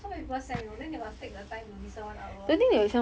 so many people send you know then they must take the time to listen one hour